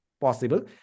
possible